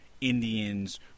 Indians